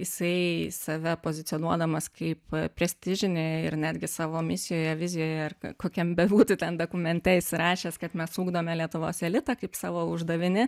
jisai save pozicionuodamas kaip prestižinėje ir netgi savo misijoje vizijoje ir kokiam bebūtų ten dokumente jis rašęs kad mes ugdome lietuvos elitą kaip savo uždavinį